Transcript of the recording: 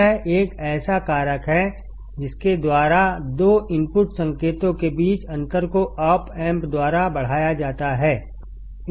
यह एक ऐसा कारक है जिसके द्वारा दो इनपुट संकेतों के बीच अंतर को ऑप एम्प द्वारा बढ़ाया जाता है